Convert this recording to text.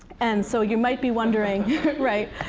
and so you might be wondering right.